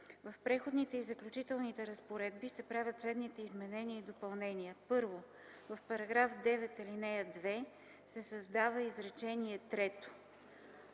В Преходните и заключителните разпоредби се правят следните изменения и допълнения: 1. В § 9, ал. 2 се създава изречение